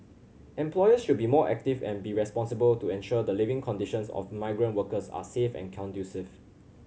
employers should be more active and be responsible to ensure the living conditions of migrant workers are safe and conducive